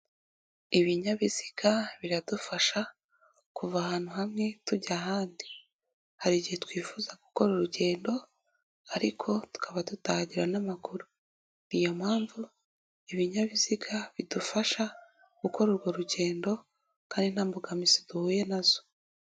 Ibinyabiziga biradufasha, kuva ahantu hamwe tujya ahandi, hari igihe twifuza gukora urugendo ariko tukaba dutahagira n'amaguru, niyo mpamvu ibinyabiziga bidufasha, gukora urwo rugendo kandi nta mbogamizi duhuye na zo.